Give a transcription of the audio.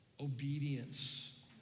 obedience